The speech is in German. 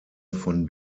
von